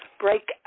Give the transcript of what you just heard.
Break